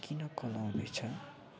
किन कल आउँदैछ